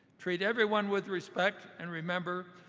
treat everyone with respect and remember,